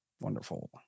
Wonderful